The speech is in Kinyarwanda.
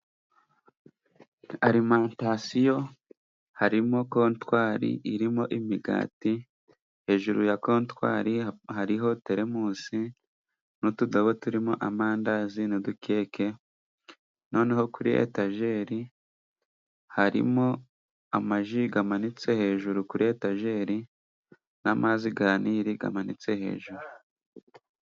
Arimatasiyo harimo kotwari irimo imigati, hejuru ya kotwari hariho teremusi n'utudobo turimo amandazi n'udukeke, noneho kuri etageri harimo amaji amanitse hejuru kuri etageri n'amazi ya nile amanitse hejuru.